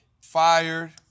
fired